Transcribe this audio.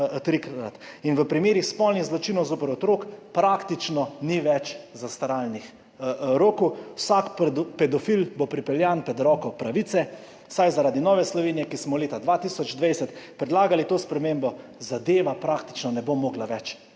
V primerih spolnih zločinov zoper otroke praktično ni več zastaralnih rokov. Vsak pedofil bo pripeljan pred roko pravice, saj zaradi Nove Slovenije, ki smo leta 2020 predlagali to spremembo, zadeva praktično ne bo mogla več